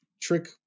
trick